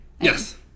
Yes